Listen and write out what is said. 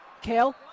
Kale